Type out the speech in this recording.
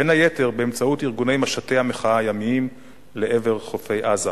בין היתר באמצעות ארגוני משטי המחאה הימיים לעבר חופי עזה.